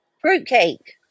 Fruitcake